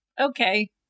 okay